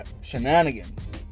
shenanigans